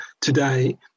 today